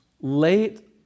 late